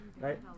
Right